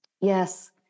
Yes